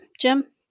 Jim